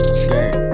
skirt